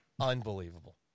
Unbelievable